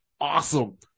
awesome